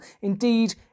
indeed